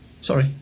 Sorry